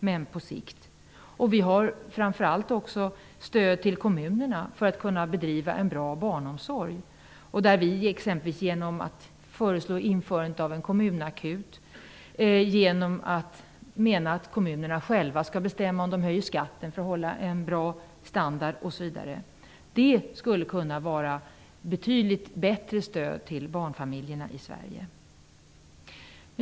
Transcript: Men framför allt vill vi ge stöd till kommunerna för att de skall kunna bedriva en bra barnomsorg. Vidare vill vi införa en kommunakut, och vi vill låta kommunerna själva bestämma om de vill höja skatten för att kunna hålla en bra standard. Det skulle vara ett betydligt bättre stöd till barnfamiljerna i Sverige.